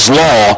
law